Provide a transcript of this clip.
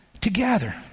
together